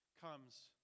comes